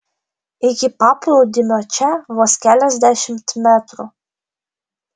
iki paplūdimio čia vos keliasdešimt metrų